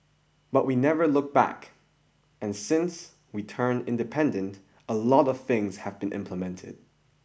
but we never look back and since we turned independent a lot of things have been implemented